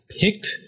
picked